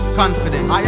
confidence